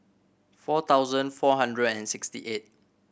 four thousand four hundred and sixty eight